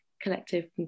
collective